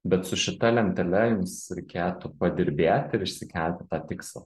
bet su šita lentele jums reikėtų padirbėti ir išsikelti tą tikslą